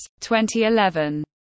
2011